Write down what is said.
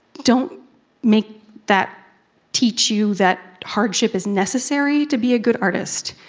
don't make that teach you that hardship is necessary to be a good artist.